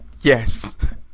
Yes